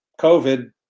COVID